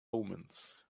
omens